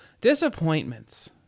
disappointments